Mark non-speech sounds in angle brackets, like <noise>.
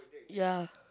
<noise> ya